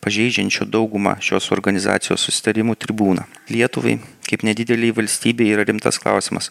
pažeidžiančių dauguma šios organizacijos susitarimų tribūna lietuvai kaip nedidelei valstybei yra rimtas klausimas